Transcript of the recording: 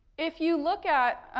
if you look at,